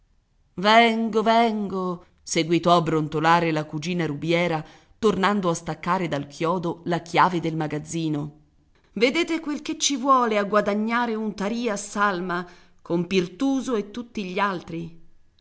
vengo vengo seguitò a brontolare la cugina rubiera tornando a staccare dal chiodo la chiave del magazzino vedete quel che ci vuole a guadagnare un tarì a salma con pirtuso e tutti gli altri